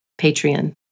Patreon